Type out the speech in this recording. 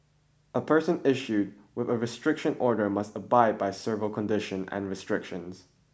a person issued with a restriction order must abide by several conditions and restrictions